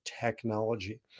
technology